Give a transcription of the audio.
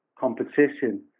competition